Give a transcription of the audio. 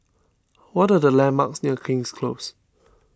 what are the landmarks near King's Close